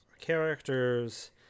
characters